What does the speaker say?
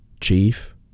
chief